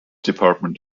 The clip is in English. department